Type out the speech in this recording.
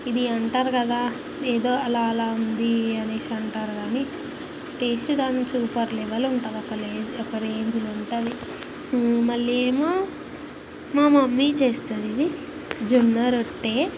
ఇది అంటారు కదా ఎదో అలా అలా ఉంది అనేసి అంటారు కాని టేస్టు దాని సూపర్ లెవల్ ఉంటుందసలే ఒక రేంజులో ఉంటుంది మళ్ళీ ఏమో మా మమ్మీ చేస్తుంది అది జొన్న రొట్టే